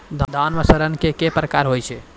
धान म सड़ना कै प्रकार के होय छै?